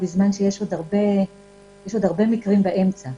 בזמן שיש עוד הרבה מקרים באמצע.